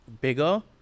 bigger